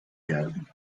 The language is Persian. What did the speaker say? گردون